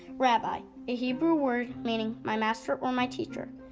rabbi, a hebrew word meaning my master or my teacher.